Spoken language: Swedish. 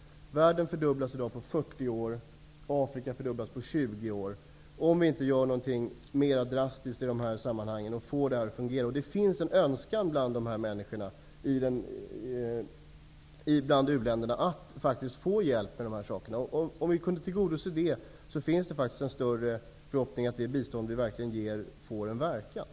Världens befolkning kommer att fördubblas på 40 år. Afrikas befolkning fördubblas på 20 år. Vi måste göra någonting mera drastiskt i detta sammanhang och få detta att fungera. Det finns en önskan i uländerna att få hjälp i detta avseende. Om vi kunde tillgodose den, finns större hopp om att det bistånd vi ger verkligen får effekt.